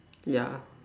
ya